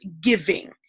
giving